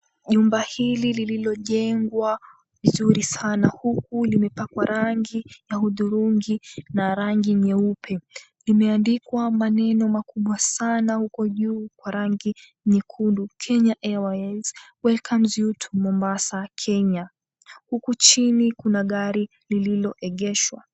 Jumba hili limejengwa vizuri sana huku limepakwa rangi ya hudhurungi na rangi nyeupe. Limeandikwa maneno makubwa sana huko juu kwa rangi nyekundu: Kenya Airways Welcomes you to Mombasa, Kenya, huku chini kuna gari lililoegeshwa.